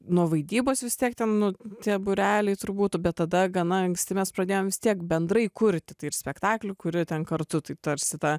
nuo vaidybos vis tiek ten tie būreliai turbūt bet tada gana anksti mes pradėjom vis tiek bendrai kurti tai ir spektaklių kurie ten kartu taip tarsi tą